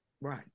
Right